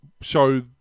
show